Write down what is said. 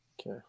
Okay